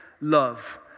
love